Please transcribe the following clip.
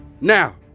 Now